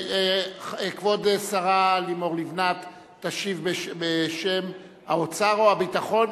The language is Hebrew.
כבוד השרה לימור לבנת תשיב, בשם האוצר או הביטחון?